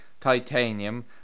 Titanium